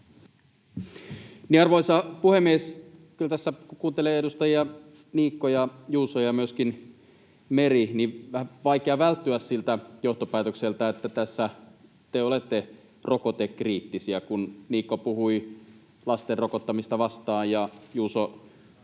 Arvoisa puhemies! Kyllä tässä kun kuuntelee edustajia Niikko ja Juuso ja myöskin Meri, vähän vaikea on välttyä siltä johtopäätökseltä, että tässä te olette rokotekriittisiä — kun Niikko puhui lasten rokottamista vastaan, ja Juuso